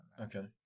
Okay